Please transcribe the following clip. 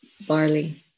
barley